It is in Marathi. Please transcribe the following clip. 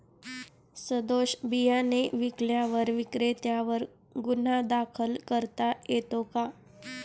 सदोष बियाणे विकल्यास विक्रेत्यांवर गुन्हा दाखल करता येतो का?